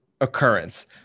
occurrence